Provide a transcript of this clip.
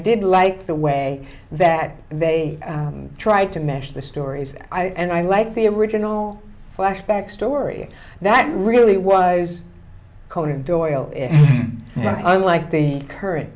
did like the way that they try to match the stories i and i like the original flashback story that really was coated doyle and i like the current